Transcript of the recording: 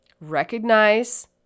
Recognize